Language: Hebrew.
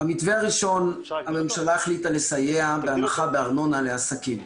במתווה הראשון הממשלה החליטה לסייע בהנחה בארנונה לעסקים.